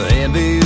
envy